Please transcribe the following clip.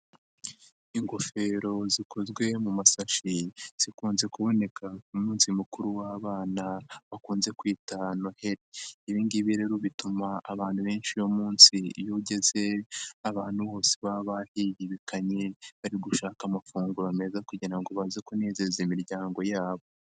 Ingofero zikozwe mu masashi, zikunze kuboneka ku munsi mukuru w'abana, bakunze kwita Noheli. Ibi ngibi rero bituma abantu benshi uno munsi iyo ugeze, abantu bose baba bahibibikanye, bari gushaka amafunguro meza kugira ngo baze kunezeza imiryango yabo.